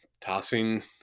tossing